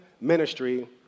ministry